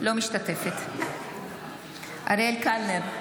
אינה משתתפת בהצבעה אריאל קלנר,